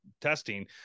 testing